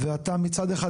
מצד אחד,